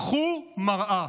קחו מראה,